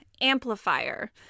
amplifier